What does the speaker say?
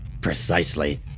Precisely